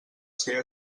ser